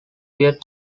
military